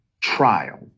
trial